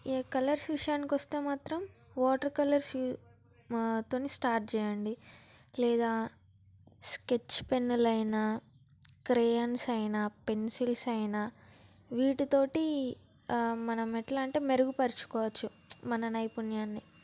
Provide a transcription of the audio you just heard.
ఇక కలర్స్ విషయానికి వస్తే మాత్రం వాటర్ కలర్స్ యూస్ తోని స్టార్ట్ చేయండి లేదా స్కెచ్ పెన్నులైన క్రేయాన్స్ అయినా పెన్సిల్స్ అయినా వీటితోటి మనం ఎట్లా అంటే మెరుగుపరచుకోవచ్చు మన నైపుణ్యాన్ని